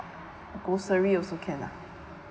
grocery also can ah